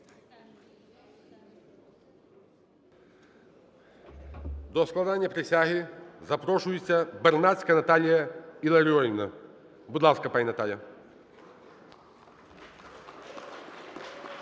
До складання присяги запрошується Бернацька Наталія Іларіонівна. Будь ласка, пані Наталія.